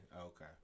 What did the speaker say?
Okay